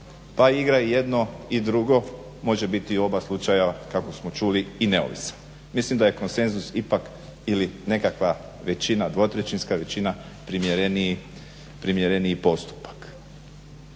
pa igra i jedno i drugo, može biti u oba slučaja kako smo čuli i neovisan. Mislim da je konsenzus ipak ili nekakva većina, dvotrećinska većina, primjereniji postupak.